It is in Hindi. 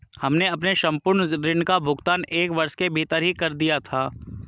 हमने अपने संपूर्ण ऋण का भुगतान एक वर्ष के भीतर ही कर दिया था